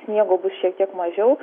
sniego bus šiek tiek mažiau